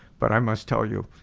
but i must tell you,